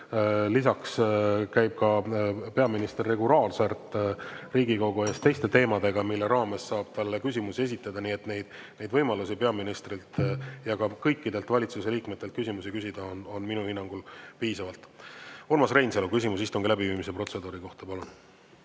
Lisaks käib peaminister regulaarselt Riigikogu ees teiste teemadega, mille raames saab talle küsimusi esitada. Nii et neid võimalusi peaministrilt ja ka kõikidelt valitsuse liikmetelt küsimusi küsida on minu hinnangul piisavalt. Urmas Reinsalu, küsimus istungi läbiviimise protseduuri kohta, palun!